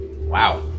Wow